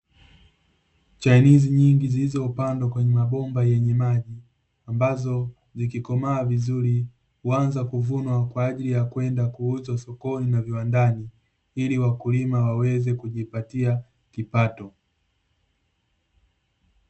Chainizi nyingi zilizopandwa kwenye mabomba yenye maji, ambazo zikikomaa vizuri huanza kuvunwa kwa ajili ya kwenda kuuzwa sokoni na viwandani, ili wakulima waweze kujipatia kipato.